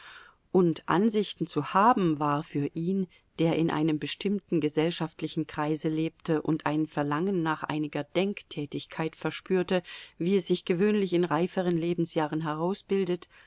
und ansichten zu haben war für ihn der in einem bestimmten gesellschaftlichen kreise lebte und ein verlangen nach einiger denktätigkeit verspürte wie es sich gewöhnlich in reiferen lebensjahren herausbildet